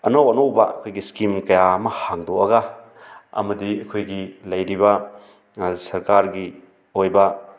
ꯑꯅꯧ ꯑꯅꯧꯕ ꯑꯩꯈꯣꯏꯒꯤ ꯏꯁꯀꯤꯝ ꯀꯌꯥ ꯑꯃ ꯍꯥꯡꯗꯣꯛꯑꯒ ꯑꯃꯗꯤ ꯑꯩꯈꯣꯏꯒꯤ ꯂꯩꯔꯤꯕ ꯁꯔꯀꯥꯔꯒꯤ ꯑꯣꯏꯕ